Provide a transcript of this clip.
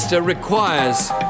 Requires